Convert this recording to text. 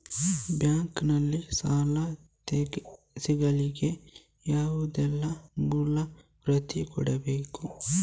Bank ನಲ್ಲಿ ಸಾಲ ಸಿಗಲಿಕ್ಕೆ ಯಾವುದೆಲ್ಲ ಮೂಲ ಪ್ರತಿ ಕೊಡಬೇಕು?